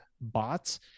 bots